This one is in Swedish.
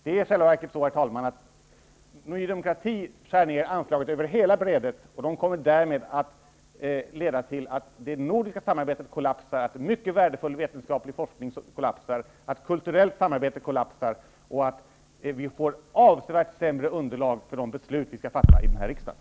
Det är i själva verket så att Ny demokrati skär ned anslagen över hela brädet. Det kommer att leda till att det nordiska samarbetet kollapsar. Mycket värdefull vetenskaplig forskning och kulturellt samarbete kommer att kollapsa. Vi skulle därmed också få avsevärt sämre underlag för de beslut vi skall fatta i den här riksdagen.